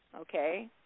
okay